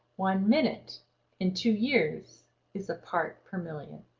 one minute in two years is a part per million.